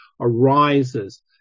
arises